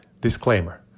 Disclaimer